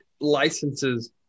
licenses